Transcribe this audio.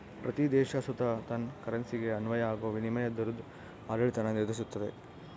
ಪ್ರತೀ ದೇಶ ಸುತ ತನ್ ಕರೆನ್ಸಿಗೆ ಅನ್ವಯ ಆಗೋ ವಿನಿಮಯ ದರುದ್ ಆಡಳಿತಾನ ನಿರ್ಧರಿಸ್ತತೆ